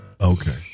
Okay